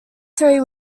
three